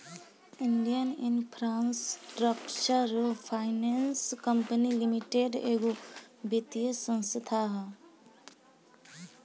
Indian infrastructure finance company limited एगो वित्तीय संस्था ह